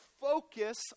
focus